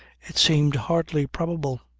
it seemed hardly probable.